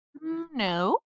No